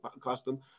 custom